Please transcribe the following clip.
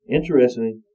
Interesting